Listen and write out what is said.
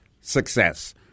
Success